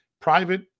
private